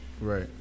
right